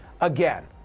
again